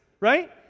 Right